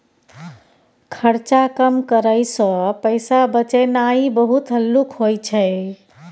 खर्चा कम करइ सँ पैसा बचेनाइ बहुत हल्लुक होइ छै